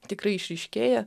tikrai išryškėja